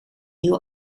nieuw